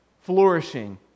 flourishing